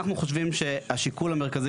אנחנו חושבים שהשיקול המרכזי,